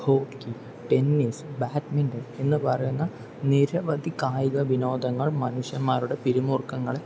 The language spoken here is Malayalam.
ഹോക്കി ടെന്നീസ് ബാഡ്മിൻറ്റൺ എന്ന് പറയുന്ന നിരവധി കായിക വിനോദങ്ങൾ മനുഷ്യൻമാരുടെ പിരിമുറുക്കങ്ങളെ